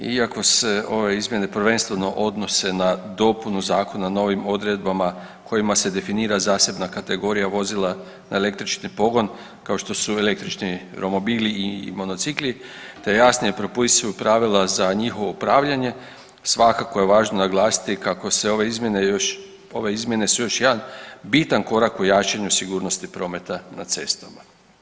Iako se ove izmjene prvenstveno odnose na dopunu zakona novim odredbama kojima se definira zasebna kategorija vozila na električni pogon kao što su električni romobili i monocikli, te jasnije propisuju pravila za njihovo upravljanje svakako je važno naglasiti kako se ove izmjene su još jedan bitan korak u jačanju sigurnosti prometa na cestama.